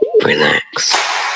Relax